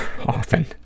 often